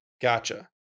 Gotcha